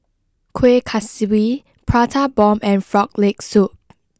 Kueh Kaswi Prata Bomb and Frog Leg Soup